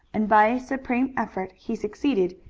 and by a supreme effort he succeeded,